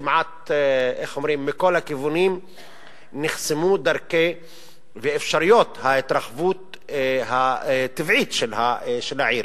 כמעט מכל הכיוונים נחסמו אפשרויות ההתרחבות הטבעית של העיר: